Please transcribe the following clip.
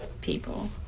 people